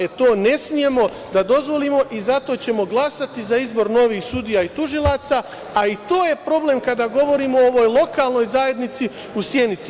E, to ne smemo da dozvolimo i zato ćemo glasati za izbor novih sudija i tužilaca, a i to je problem kada govorimo o ovoj lokalnoj zajednici u Sjenici.